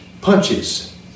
punches